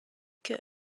cœur